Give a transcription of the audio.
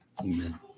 Amen